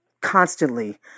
constantly